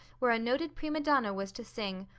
where a noted prima donna was to sing.